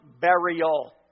burial